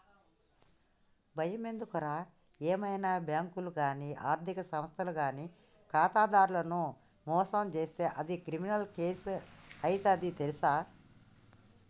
బయమెందుకురా ఏవైనా బాంకులు గానీ ఆర్థిక సంస్థలు గానీ ఖాతాదారులను మోసం జేస్తే అది క్రిమినల్ కేసు అయితది తెల్సా